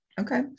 Okay